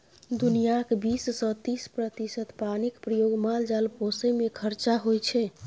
दुनियाँक बीस सँ तीस प्रतिशत पानिक प्रयोग माल जाल पोसय मे खरचा होइ छै